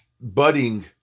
budding